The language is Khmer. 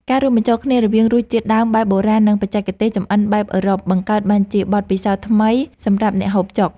ការរួមបញ្ចូលគ្នារវាងរសជាតិដើមបែបបុរាណនិងបច្ចេកទេសចម្អិនបែបអឺរ៉ុបបង្កើតបានជាបទពិសោធន៍ថ្មីសម្រាប់អ្នកហូបចុក។